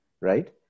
right